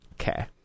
Okay